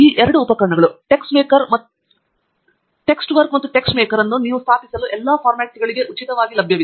ಈ ಎರಡು ಉಪಕರಣಗಳು ಟೆಕ್ಸ್ವರ್ಕ್ಸ್ ಮತ್ತು ಟೆಕ್ಸ್ಮೇಕರ್ ಅನ್ನು ನೀವು ಸ್ಥಾಪಿಸಲು ಎಲ್ಲಾ ಪ್ಲಾಟ್ಫಾರ್ಮ್ಗಳಿಗೆ ಉಚಿತವಾಗಿ ಲಭ್ಯವಿದೆ